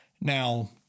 Now